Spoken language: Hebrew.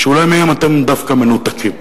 שאולי מהם אתם דווקא מנותקים.